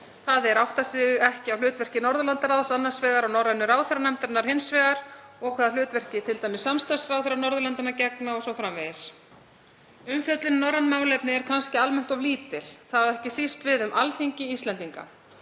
Þeir átta sig ekki á hlutverki Norðurlandaráðs annars vegar og norrænu ráðherranefndarinnar hins vegar og hvaða hlutverki t.d. samstarfsráðherrar Norðurlandanna gegna o.s.frv. Umfjöllun um norræn málefni er kannski almennt of lítil. Það á ekki síst við um Alþingi Íslendinga.